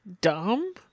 dumb